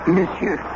Monsieur